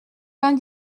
vingt